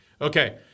Okay